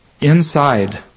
inside